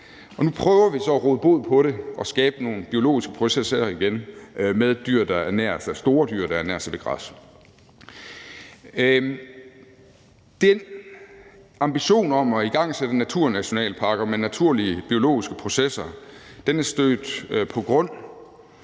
Nu prøver vi så at råde bod på det og skabe nogle biologiske processer igen med store dyr, der ernærer sig ved græs. Den ambition om at igangsætte naturnationalparker med naturlige biologiske processer er stødt på grund,